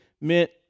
meant